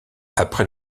après